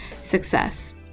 success